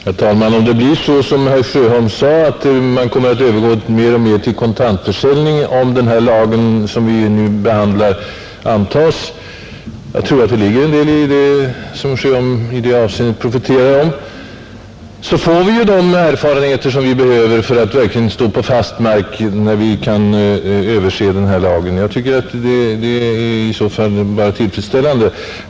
Herr talman! Om det blir så som herr Sjöholm sade att man mer och mer kommer att övergå till kontantförsäljning om den lag som vi nu behandlar antas — jag tror att det ligger en hel del i vad herr Sjöholm i det avseendet profeterar om — får vi de erfarenheter som vi behöver för att stå på fast mark när vi skall överse lagen, och det är i så fall bara tillfredsställande.